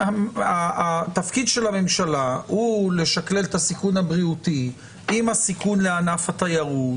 תפקיד הממשלה הוא לשקלל את הסיכון הבריאותי עם הסיכון לענף התיירות,